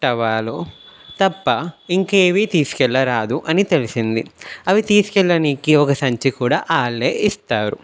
టవాలు తప్ప ఇంకేవి తీస్కెళ్ళరాదు అని తెలిసింది అవి తీస్కెళ్ళడానికి ఒక సంచి కూడా వాళ్ళే ఇస్తారు